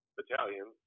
battalion